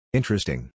Interesting